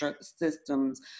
systems